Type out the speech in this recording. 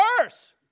worse